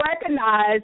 recognize